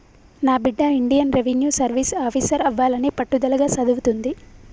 నా బిడ్డ Indian revenue service officer అవ్వాలని పట్టుదలగా సదువుతుంది